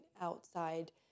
outside